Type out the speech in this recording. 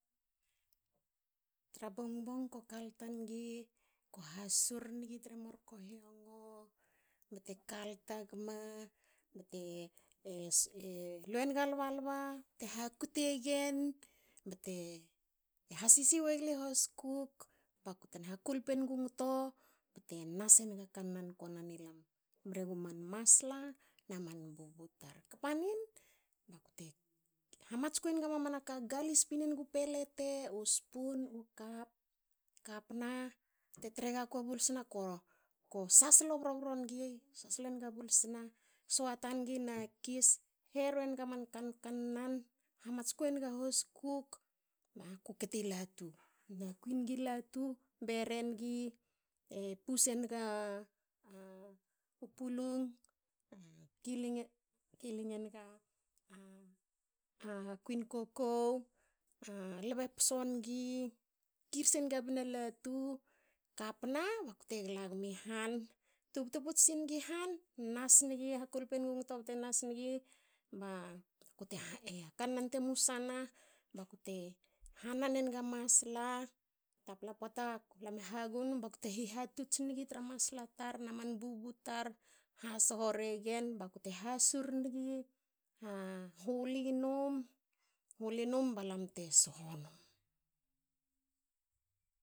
Tra bongbong ko kalta ngi. ko hasur ngi tre murkohiongo bte kalta gma. bte lue nga lbalba bte hakute gen. bte hasisi wegli hoskuk bakutna ha kulpu engu ngto bte nas enga kannan ko nan ilam bre gu man masla na man bubu tar. kpa nin bakute hamatsku enga mamanaka. galis pine ngu pelete. u spun u kap. Kapna te tre gaku a bulsna ko. ko saslo bro bro ngi. soata ngi na kis. heru engi aman kan kannan. hamatsku enga hoskuk. naku li latu. na kui ngi latu bere ngi. e pus enga u pulung. kilinge. kiling enga a kuin kokou. halbe pso ngi. kirsenga bnalatu. kapna bakte gla gmi han. tubtu puts singi han, nas ngi bakute. ba kanan te musa na baku te hihatots ngi tra masla tar, man bubu tar. ha sho regen baku te hasur ngi. ha huli num. huli num balam te sho num.